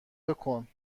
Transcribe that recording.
بکن